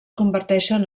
converteixen